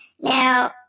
Now